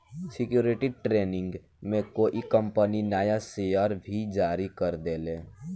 security training में कोई company नया शेयर भी जारी कर देले